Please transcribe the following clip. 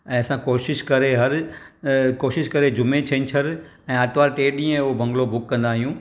ऐं असां कोशिशि करे हर कोशिशि करे जुमें छंछरु ऐं आर्तवारु टे ॾींहं हो बंगलो बुक कंदा आहियूं